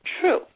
true